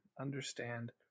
understand